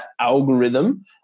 algorithm